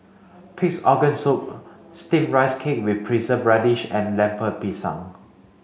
peace organ soup steamed rice cake with preserved radish and Lemper Pisang